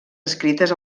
escrites